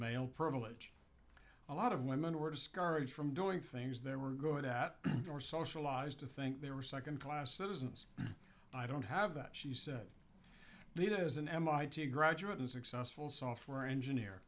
male privilege a lot of women were discouraged from doing things they were good at or socialized to think they were second class citizens i don't have that she said and it is an mit graduate and successful software engineer